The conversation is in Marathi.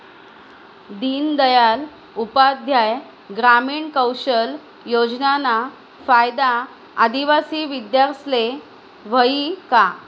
दीनदयाल उपाध्याय ग्रामीण कौशल योजनाना फायदा आदिवासी विद्यार्थीस्ले व्हयी का?